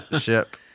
ship